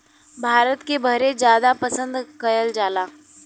भारत के बहरे जादा पसंद कएल जाला